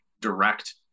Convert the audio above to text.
direct